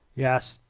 yes,